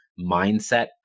mindset